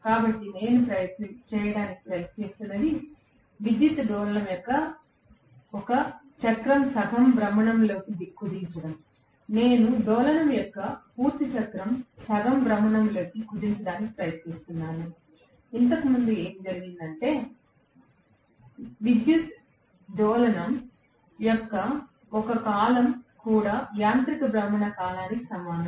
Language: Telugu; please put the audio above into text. కాబట్టి నేను చేయటానికి ప్రయత్నిస్తున్నది విద్యుత్ డోలనం యొక్క ఒక చక్రం సగం భ్రమణంలోకి కుదించడం నేను డోలనం యొక్క పూర్తి చక్రం సగం భ్రమణంలోకి కుదించడానికి ప్రయత్నిస్తున్నాను ఇంతకు ముందు ఏమి జరిగిందంటే విద్యుత్ డోలనం యొక్క ఒక కాలం కూడా యాంత్రిక భ్రమణ కాలానికి సమానం